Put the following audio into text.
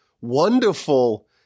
wonderful